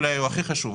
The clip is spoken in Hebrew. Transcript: אולי הוא הכי חשוב,